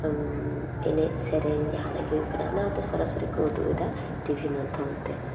ᱮᱱᱮᱡ ᱥᱮᱨᱮᱧ ᱡᱟᱦᱟᱱᱟᱜ ᱜᱮ ᱦᱩᱭᱩ ᱠᱟᱱᱟ ᱚᱱᱟᱦᱚᱛᱚ ᱥᱚᱨᱟᱥᱚᱨᱤ ᱠᱚ ᱩᱫᱩ ᱮᱫᱟ ᱴᱤᱵᱷᱤ ᱢᱟᱫᱽᱫᱷᱚᱢ ᱛᱮ